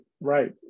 right